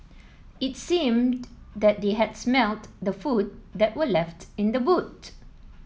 it seemed that they had smelt the food that were left in the boot